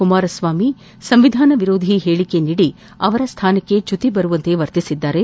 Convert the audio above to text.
ಕುಮಾರಸ್ವಾಮಿ ಸಂವಿಧಾನ ವಿರೋಧಿ ಹೇಳಿಕೆ ನೀಡಿ ಅವರ ಸ್ಥಾನಕ್ಕೆ ಚ್ಯುತಿಬರುವಂತೆ ವರ್ತಿಸಿದ್ದಾರೆ